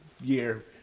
year